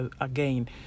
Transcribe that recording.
again